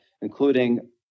including